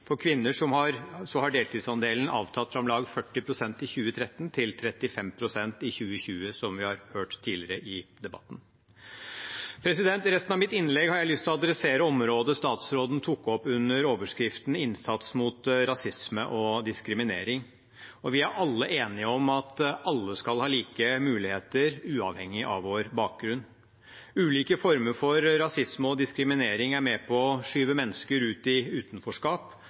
For kvinner har deltidsandelen avtatt fra om lag 40 pst. i 2013 til 35 pst. i 2020, som vi har hørt tidligere i debatten. I resten av mitt innlegg har jeg lyst til å ta for meg området statsråden tok opp under overskriften innsats mot rasisme og diskriminering. Vi er alle enige om at alle skal ha like muligheter uavhengig av bakgrunn. Ulike former for rasisme og diskriminering er med på å skyve mennesker ut i utenforskap,